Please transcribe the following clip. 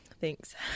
Thanks